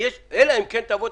אלא אם תגיד: